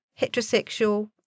heterosexual